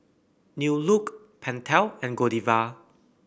New Look Pentel and Godiva